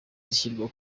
zishyirwa